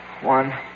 One